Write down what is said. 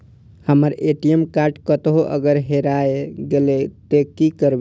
हमर ATM card कतहो अगर हेराय गले ते की करबे?